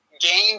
game